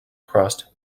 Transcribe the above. crust